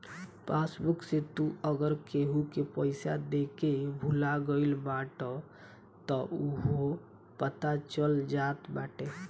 passbook से तू अगर केहू के पईसा देके भूला गईल बाटअ तअ उहो पता चल जात बाटे